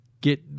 get